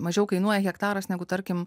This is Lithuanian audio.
mažiau kainuoja hektaras negu tarkim